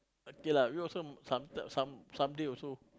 okay lah we also some some some day also